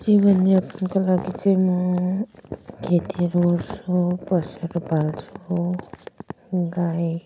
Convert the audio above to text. जीवन यात्राको लागि चाहिँ म खेतीहरू यसो पशुहरू पाल्छु गाई